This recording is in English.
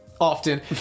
often